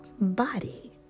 body